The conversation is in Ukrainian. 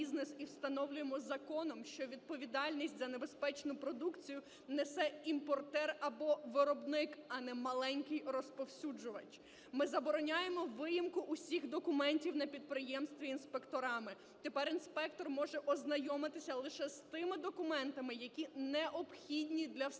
і встановлюємо законом, що відповідальність за небезпечну продукцію несе імпорт або виробник, а не маленький розповсюджувач. Ми забороняємо виїмку усіх документів на підприємстві інспекторами, тепер інспектор може ознайомитися лише з тими документами, які необхідні для встановлення